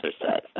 exercise